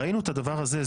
ראינו את הדבר הזה.